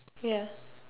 ya